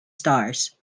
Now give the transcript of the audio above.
stars